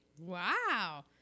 Wow